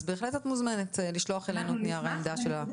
אז את בהחלט מוזמנת לשלוח אלינו את נייר העמדה של הלשכה.